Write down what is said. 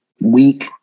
week